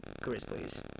Grizzlies